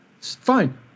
Fine